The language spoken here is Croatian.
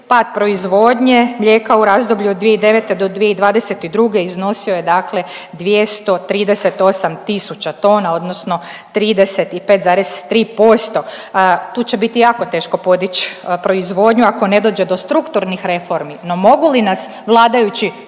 Pad proizvodnje mlijeka u razdoblju od 2009. do 2022. iznosio je dakle 238000 tona, odnosno 35,3%. Tu će biti jako teško podići proizvodnju ako ne dođe do strukturnih reformi. No, mogu li nas vladajući